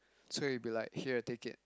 so he'll be like here take it